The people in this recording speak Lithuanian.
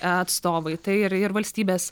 atstovai tai ir ir valstybės